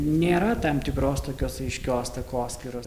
nėra tam tikros tokios aiškios takoskyros